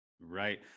Right